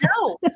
No